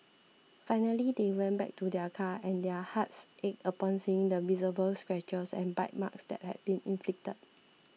finally they went back to their car and their hearts ached upon seeing the visible scratches and bite marks that had been inflicted